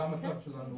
זה המצב שלנו.